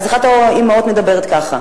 אז אחת האמהות מדברת ככה: